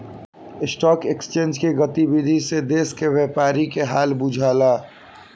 stock exchange के गतिविधि से देश के व्यापारी के हाल बुझला